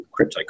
cryptocurrency